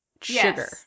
sugar